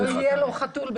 לא יהיה לו חתול.